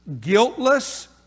guiltless